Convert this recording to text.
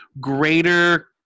greater